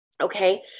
Okay